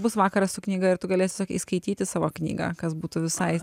bus vakaras su knyga ir tu galėsi skaityti savo knygą kas būtų visai